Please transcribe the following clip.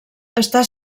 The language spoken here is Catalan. està